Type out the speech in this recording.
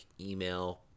email